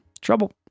Trouble